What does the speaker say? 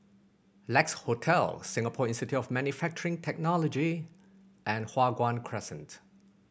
Lex Hotel Singapore Institute of Manufacturing Technology and Hua Guan Crescent